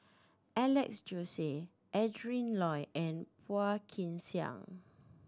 Alex Josey Adrin Loi and Phua Kin Siang